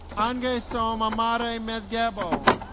angesom amare mezgebo